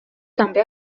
també